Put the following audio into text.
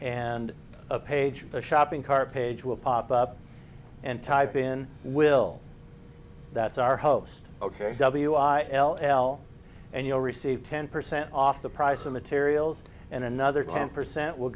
and a page a shopping cart page will pop up and type in will that's our host ok w i l l and you will receive ten percent off the price of materials and another ten percent w